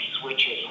switches